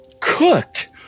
cooked